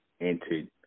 entered